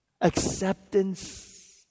Acceptance